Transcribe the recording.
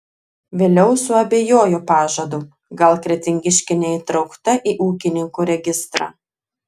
vėliau suabejojo pažadu gal kretingiškė neįtraukta į ūkininkų registrą